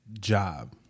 job